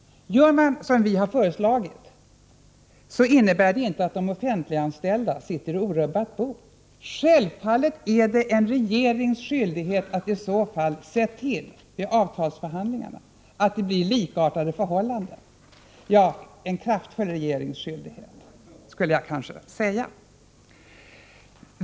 Gör man som vi föreslagit, innebär det inte att de offentliganställda sitter i orubbat bo. Självfallet är det en regerings skyldighet att i så fall se till att det genom avtalsförhandlingar blir likartade förhållanden — en kraftfull regerings skyldighet, skulle jag kanske säga.